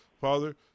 Father